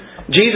Jesus